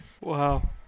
Wow